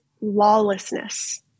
lawlessness